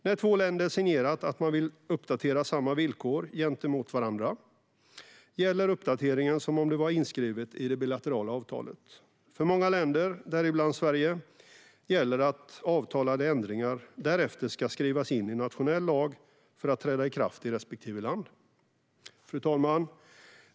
När två länder har signerat att man vill uppdatera samma villkor gentemot varandra gäller uppdateringen som om det hela var inskrivet i det bilaterala avtalet. För många länder, däribland Sverige, gäller att avtalade ändringar därefter ska skrivas in i nationell lag för att träda i kraft i respektive land. Fru talman!